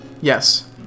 Yes